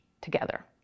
together